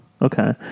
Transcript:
Okay